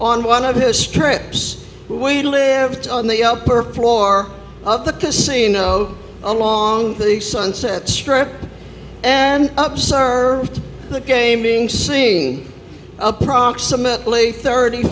on one of his trips we lived on the upper floor of the casino along the sunset strip and up served the gaming seeing approximately thirty